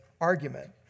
argument